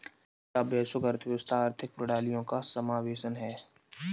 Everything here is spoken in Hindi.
क्या वैश्विक अर्थव्यवस्था आर्थिक प्रणालियों का समावेशन है?